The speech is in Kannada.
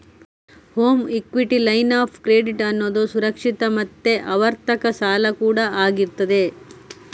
home equity line of credit ಅನ್ನುದು ಸುರಕ್ಷಿತ ಮತ್ತೆ ಆವರ್ತಕ ಸಾಲ ಕೂಡಾ ಆಗಿರ್ತದೆ